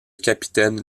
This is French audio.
capitaine